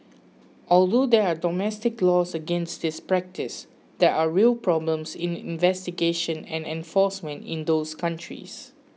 although there are domestic laws against this practice there are real problems in investigation and enforcement in those countries